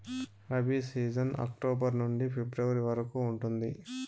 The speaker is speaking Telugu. రబీ సీజన్ అక్టోబర్ నుండి ఫిబ్రవరి వరకు ఉంటుంది